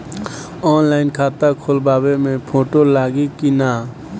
Online खाता खोलबाबे मे फोटो लागि कि ना?